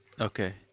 Okay